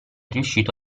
riuscito